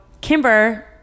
Kimber